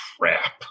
Crap